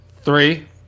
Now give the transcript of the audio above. Three